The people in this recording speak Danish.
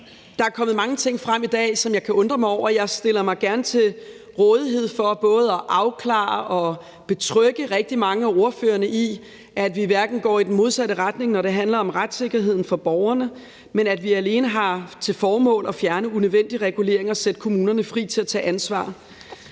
der er kommet mange ting frem i dag, som jeg kan undre mig over. Jeg stiller mig gerne til rådighed for både at afklare og betrygge rigtig mange af ordførerne i, at vi ikke går i den modsatte retning, når det handler om retssikkerheden for borgerne, men at vi alene har til formål at fjerne unødvendig regulering og sætte kommunerne fri til at tage ansvar.